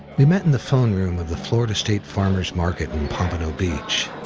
we met in the phone room of the florida state farmer's market in pompano beach.